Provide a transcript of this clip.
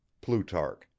Plutarch